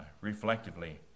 reflectively